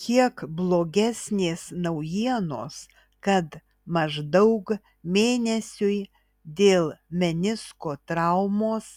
kiek blogesnės naujienos kad maždaug mėnesiui dėl menisko traumos